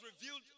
revealed